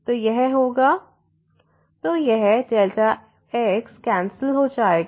तो यह होगा ΔxΔy3ΔxΔy2 0x तो यह Δx कैंसिल हो जाएगा